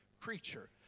creature